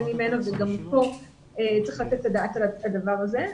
ממנו ופה צריך לתת את הדעת על הדבר הזה.